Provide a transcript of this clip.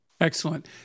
Excellent